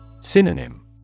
Synonym